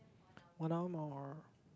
one hour more